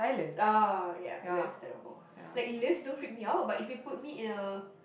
ah ya that's terrible like lifts don't freak me out but if you put me in a